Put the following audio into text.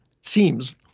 seems